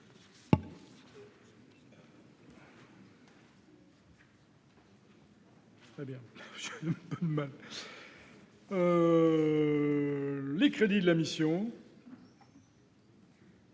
des crédits de la mission